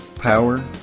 power